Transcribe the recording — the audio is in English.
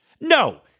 No